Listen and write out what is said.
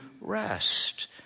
rest